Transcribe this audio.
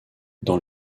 dans